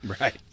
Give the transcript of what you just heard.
right